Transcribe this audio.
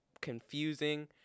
confusing